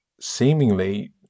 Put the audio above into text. seemingly